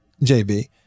jb